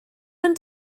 ond